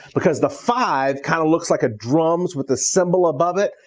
because the five kind of looks like drums with the cymbal above it,